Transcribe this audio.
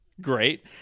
great